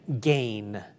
gain